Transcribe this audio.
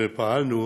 ופעלנו